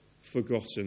forgotten